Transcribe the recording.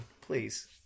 please